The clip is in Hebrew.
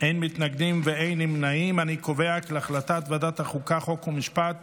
הצעת ועדת החוקה, חוק ומשפט